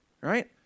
right